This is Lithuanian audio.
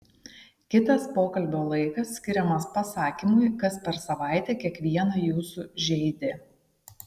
kitas pokalbio laikas skiriamas pasakymui kas per savaitę kiekvieną jūsų žeidė